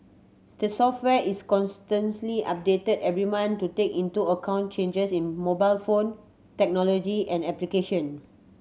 the software is constantly updated every month to take into account changes in mobile phone technology and application